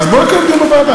אז בוא נקיים דיון בוועדה.